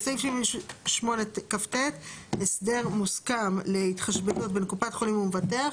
סעיף 78כט. הסדר מוסכם להתחשבנות בין קופת חולים ומבטח.